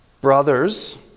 Brothers